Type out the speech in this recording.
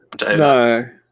No